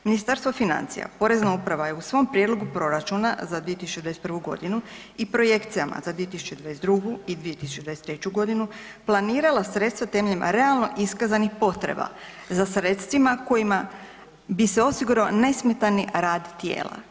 Ministarstvo financija Porezna uprava je u svom prijedlogu proračuna za 2021. godinu i projekcijama za 2022. i 2023. godinu planirala sredstva temeljem realno iskazanih potreba za sredstvima kojima bi se osigurao nesmetani rad tijela.